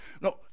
No